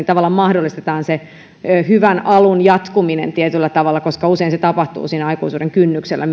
tavallaan mahdollistetaan se hyvän alun jatkuminen tietyllä tavalla koska usein se tapahtuu siinä aikuisuuden kynnyksellä